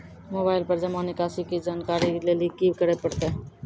Mobile पर जमा निकासी के जानकरी लेली की करे परतै?